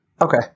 Okay